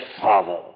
Father